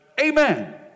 Amen